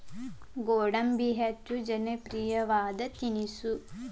ಗೋಡಂಬಿ ಹೆಚ್ಚ ಜನಪ್ರಿಯವಾದ ತಿನಿಸು